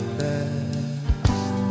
best